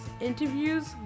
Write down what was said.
interviews